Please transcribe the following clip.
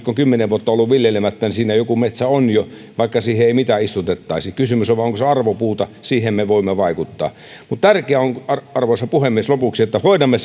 kun kymmenen vuotta on ollut viljelemättä niin siinä joku metsä jo on vaikka siihen ei mitään istutettaisi kysymys on vain siitä onko se arvopuuta siihen me voimme vaikuttaa arvoisa puhemies lopuksi tärkeää on että hoidamme